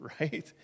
right